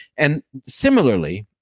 and similarly,